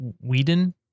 Whedon